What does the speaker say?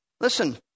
Listen